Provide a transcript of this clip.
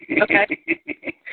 Okay